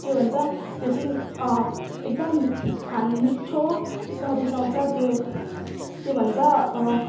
के भन्छ त्यो चाहिँ एकदम खानु मिठ्ठो स्वादिस्ट आउँछ त्यो के भन्छ